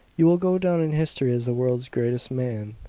you will go down in history as the world's greatest man!